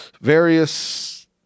various